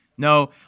No